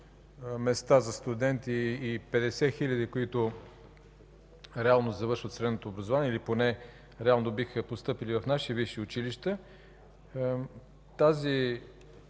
места за студенти и 50 хиляди, които реално завършват средното образование, или поне реално биха постъпили в наши висши училища. Този